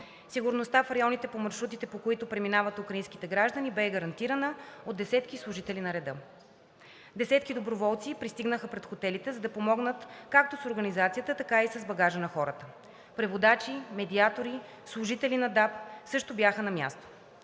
Сигурността в районите по маршрутите, по които преминават украинските граждани, бе гарантирана от десетки служители на реда. Десетки доброволци пристигнаха пред хотелите, за да помогнат както в организацията, така и с багажа на хората. Преводачи, медиатори, служители на ДАБ също бяха на място.